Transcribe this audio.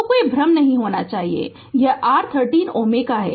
तो कोई भ्रम नहीं होना चाहिए और यह r 13 Ω है